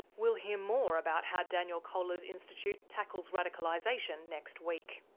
we'll hear more about how daniel koehler's institute tackles radicalisation next week.